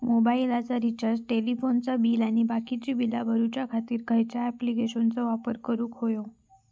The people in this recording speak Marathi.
मोबाईलाचा रिचार्ज टेलिफोनाचा बिल आणि बाकीची बिला भरूच्या खातीर खयच्या ॲप्लिकेशनाचो वापर करूक होयो?